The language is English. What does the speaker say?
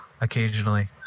occasionally